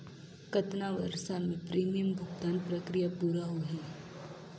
कतना वर्ष मे प्रीमियम भुगतान प्रक्रिया पूरा होही?